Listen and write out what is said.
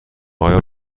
آیا